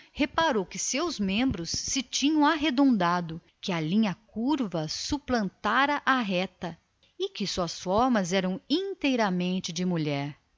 reparou que seus membros ultimamente se tinham arredondado notou que em todo seu corpo a linha curva suplantara a reta e que as suas formas eram já completamente de mulher